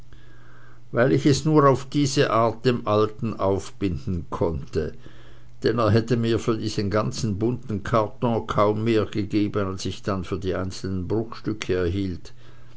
weil ich es nur auf diese art dem alten aufbinden konnte denn er hätte mir für diesen ganzen bunten karton kaum mehr gegeben als ich dann für die einzelnen bruchstücke erhielt